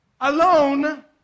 alone